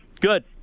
Good